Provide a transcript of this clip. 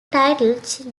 titled